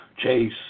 Chase